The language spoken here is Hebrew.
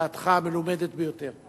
לדעתך המלומדת ביותר.